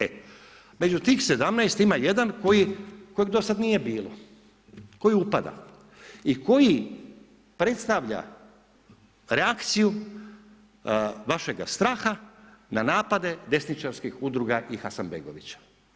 E, među tih 17 ima jedan koji do sada nije bilo, koji upada i koji predstavlja reakciju vašega straha na napade desničarskih udruga i Hasanbegovića.